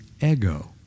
ego